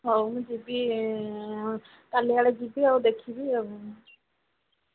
ହଉ ମୁଁ ଯିବି କାଲି ଆଡ଼େ ଯିବି ଆଉ ଦେଖିବି ଆଉ